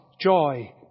joy